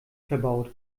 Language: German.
verbaut